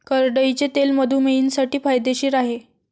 करडईचे तेल मधुमेहींसाठी फायदेशीर आहे